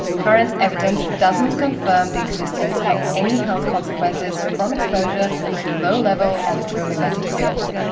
current evidence doesn't confirm the existence of any health consequences from exposure to low level electro-magnetic fields.